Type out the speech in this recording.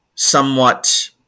somewhat